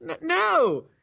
No